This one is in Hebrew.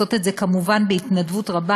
ועושות את זה כמובן בהתנדבות רבה,